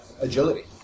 agility